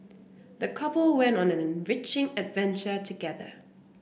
the couple went on an enriching adventure together